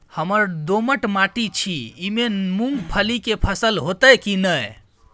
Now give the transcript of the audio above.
हमर दोमट माटी छी ई में मूंगफली के फसल होतय की नय?